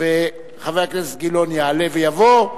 חבר הכנסת גילאון יעלה ויבוא.